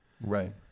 Right